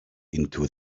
into